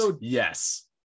yes